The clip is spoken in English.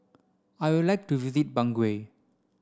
I would like to visit Bangui